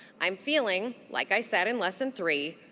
i'm feeling, like i said in lesson three,